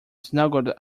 snuggled